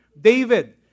David